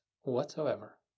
whatsoever